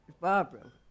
Barbara